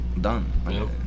Done